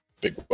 big